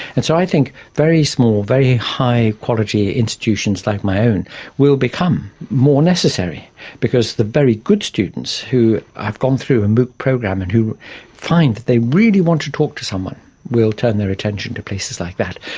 and so i think very small, very high-quality institutions like my own will become more necessary because the very good students who have gone through a mooc program and who find they really want to talk to someone will turn their attention to places like that.